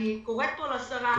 אני קוראת פה לשרה,